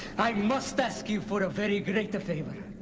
i must ask you for a very great favor.